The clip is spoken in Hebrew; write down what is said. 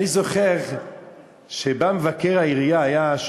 אני זוכר שבא מבקר העירייה בזמנו,